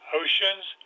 oceans